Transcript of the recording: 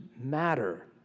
matter